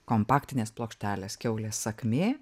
kompaktinės plokštelės kiaulės sakmė